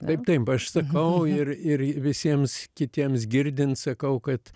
taip taip aš sakau ir ir visiems kitiems girdint sakau kad